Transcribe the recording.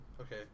Okay